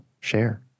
share